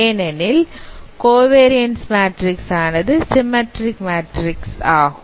ஏனெனில் covariance matrix ஆனது symmetric matrix ஆகும்